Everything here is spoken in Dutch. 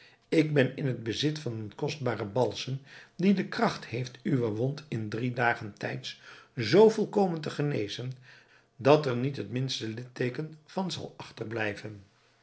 ik ben in het bezit van een kostbaren balsem die de kracht heeft uwe wond in drie dagen tijds zoo volkomen te genezen dat er niet het minste lidteeken van zal achterblijven